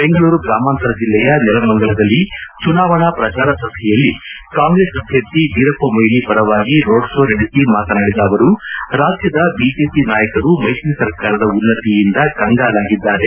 ಬೆಂಗಳೂರು ಗ್ರಾಮಾಂತರ ಜಿಲ್ಲೆಯ ನೆಲಮಂಗಲದಲ್ಲಿ ಚುನಾವಣಾ ಪ್ರಚಾರ ಸಭೆಯಲ್ಲಿ ಕಾಂಗ್ರೆಸ್ ಅಭ್ಯರ್ಥಿ ವೀರಪ್ಪ ಮೊಯಿಲಿ ಪರವಾಗಿ ರೋಡ್ ಶೋ ನಡೆಸಿ ಮಾತನಾಡಿದ ಅವರು ರಾಜ್ಯದ ಬಿಜೆಪಿ ನಾಯಕರು ಮೈತ್ರಿ ಸರ್ಕಾರದ ಉನ್ನತಿಯಿಂದ ಕಂಗಾಲಾಗಿದ್ದಾರೆ